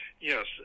yes